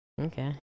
Okay